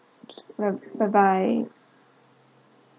okay bye bye